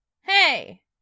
Hey